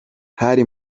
hari